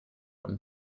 when